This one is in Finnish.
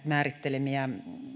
määrittelemää